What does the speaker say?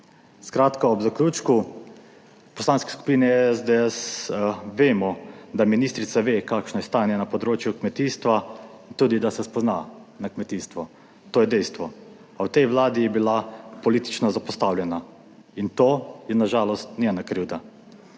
Skratka ob zaključku, v Poslanski skupini SDS vemo, da ministrica ve kakšno je stanje na področju kmetijstva in tudi, da se spozna na kmetijstvo, to je dejstvo, a v tej vladi je bila politično zapostavljena in to je na žalost njena krivda.